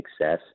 success